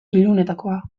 ilunenetakoa